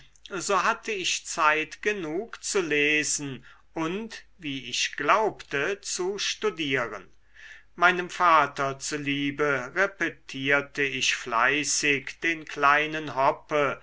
so hatte ich zeit genug zu lesen und wie ich glaubte zu studieren meinem vater zu liebe repetierte ich fleißig den kleinen hoppe